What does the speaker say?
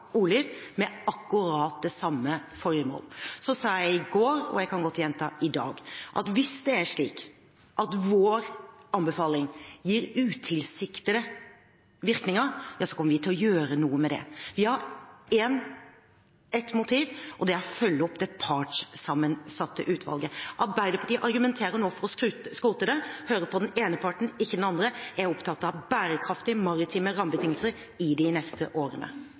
med akkurat det samme formål. Så sa jeg i går – og jeg kan godt gjenta det i dag – at hvis det er slik at vår anbefaling gir utilsiktede virkninger, så kommer vi til å gjøre noe med det. Vi har ett motiv, og det er å følge opp det partssammensatte utvalget. Arbeiderpartiet argumenter nå for å skrote det og høre på den ene parten og ikke den andre. Jeg er opptatt av bærekraftige maritime rammebetingelser i de neste årene.